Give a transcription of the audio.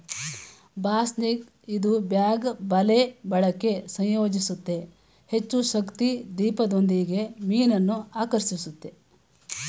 ಬಾಸ್ನಿಗ್ ಇದು ಬ್ಯಾಗ್ ಬಲೆ ಬಳಕೆ ಸಂಯೋಜಿಸುತ್ತೆ ಹೆಚ್ಚುಶಕ್ತಿ ದೀಪದೊಂದಿಗೆ ಮೀನನ್ನು ಆಕರ್ಷಿಸುತ್ತೆ